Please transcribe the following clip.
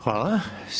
Hvala.